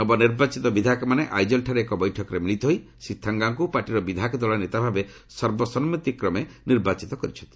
ନବନିର୍ବାଚିତ ବିଧାୟକମାନେ ଆଇଜଲ୍ଠାରେ ଏକ ବୈଠକରେ ମିଳିତ ହୋଇ ଶ୍ରୀ ଥାଙ୍ଗାଙ୍କୁ ପାର୍ଟିର ବିଧାୟକ ଦଳ ନେତା ଭାବେ ସର୍ବସମ୍ମତିକ୍ରମେ ନିର୍ବାଚିତ କରିଚ୍ଛନ୍ତି